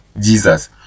Jesus